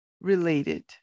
related